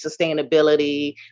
sustainability